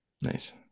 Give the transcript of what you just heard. nice